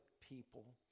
people